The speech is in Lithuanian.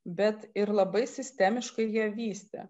bet ir labai sistemiškai ją vystė